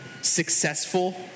successful